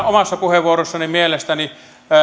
omassa puheenvuorossani mielestäni